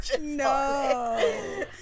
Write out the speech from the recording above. no